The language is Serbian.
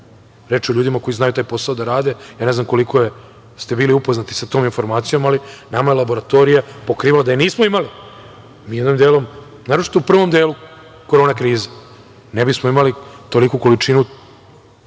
je o ljudima koji znaju taj posao da rade. Ne znam koliko ste bili upoznati sa tom informacijom, ali nama je laboratorija pokrivala… Da je nismo imali, naročito u prvom delu korona krize, ne bismo imali gde da obavimo